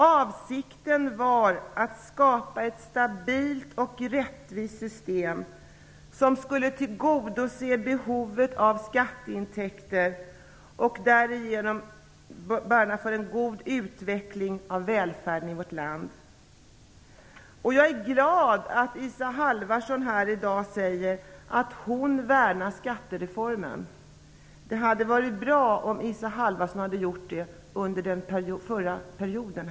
Avsikten var också att skapa ett stabilt och rättvist system som skulle tillgodose behovet av skatteintäkter och därigenom en god utveckling av välfärden i vårt land. Olika åtgärder vidtogs för att bredda skatteunderlaget och uppnå en likformig beskattning. Jag är glad att Isa Halvarsson säger att hon värnar skattereformen.